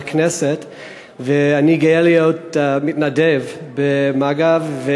אני גאה להיות מתנדב במג"ב.